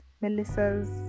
melissa's